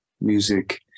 music